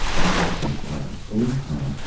i guess so, paul. a little time.